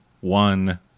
one